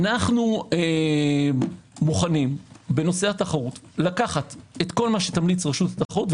אנו מוכנים בנושא התחרות לקחת את כל מה שתמליץ רשות התחרות,